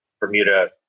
Bermuda